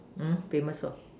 mm famous for